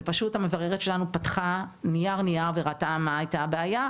והמבררת שלנו פתחה נייר-נייר וראתה מה הייתה הבעיה.